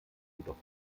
jedoch